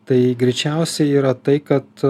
tai greičiausiai yra tai kad